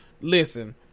Listen